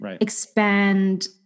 expand